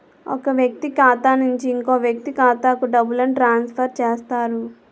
ఒక వ్యక్తి ఖాతా నుంచి ఇంకో వ్యక్తి ఖాతాకు డబ్బులను ట్రాన్స్ఫర్ చేస్తారు